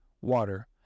water